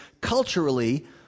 culturally